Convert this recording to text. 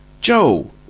Joe